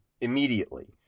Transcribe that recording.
immediately